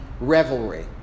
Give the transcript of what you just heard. revelry